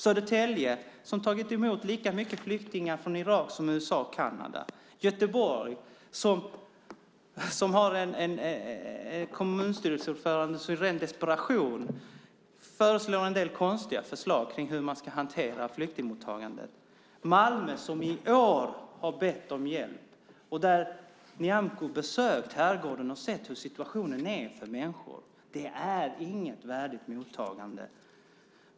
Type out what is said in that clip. Södertälje har tagit emot lika många flyktingar från Irak som USA och Canada. Göteborg har en kommunstyrelseordförande som i ren desperation kommer med en del konstiga förslag om hur man ska hantera flyktingmottagandet. Malmö har i år bett om hjälp, och Nyamko har besökt Herrgården och sett hur situationen är för människor. Det är inget värdigt mottagande.